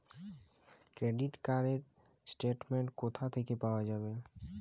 Credit card র statement কোথা থেকে পাওয়া যাবে?